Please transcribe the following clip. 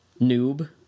Noob